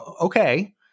okay